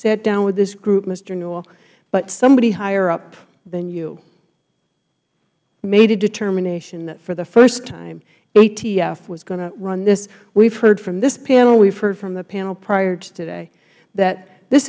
sat down with this group mister newell but somebody higher up than you made a determination that for the first time atf was going to run this we've heard from this panel we've heard from the panel prior to today that this